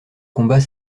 combat